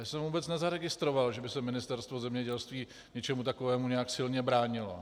Já jsem vůbec nezaregistroval, že by se Ministerstvo zemědělství něčemu takovému nějak silně bránilo.